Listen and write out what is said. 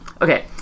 Okay